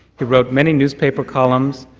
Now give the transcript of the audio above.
he wrote many newspaper columns,